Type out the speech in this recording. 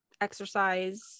exercise